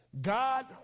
God